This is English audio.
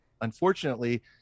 unfortunately